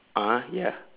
(uh huh) ya